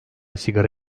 sigara